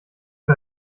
für